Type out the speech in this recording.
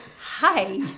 Hi